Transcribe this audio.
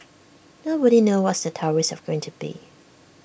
nobody knows what the tariffs are going to be